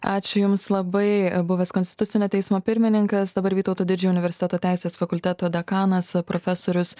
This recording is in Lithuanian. ačiū jums labai buvęs konstitucinio teismo pirmininkas dabar vytauto didžiojo universiteto teisės fakulteto dekanas profesorius